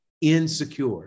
insecure